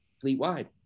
fleet-wide